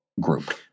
group